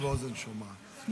עין רואה ואוזן שומעת.